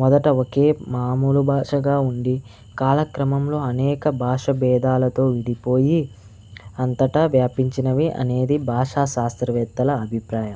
మొదట ఒకే మాములు భాషగా ఉండి కాలక్రమంలో అనేక భాష భేదాలతో విడిపోయి అంతట వ్యాపించినవి అనేది భాషా శాస్త్రవేత్తల అభిప్రాయం